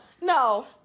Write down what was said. no